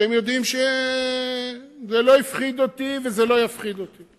אתם יודעים שזה לא הפחיד אותי וזה לא יפחיד אותי.